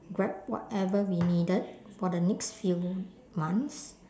grab whatever we needed for the next few months